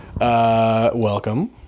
Welcome